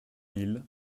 mille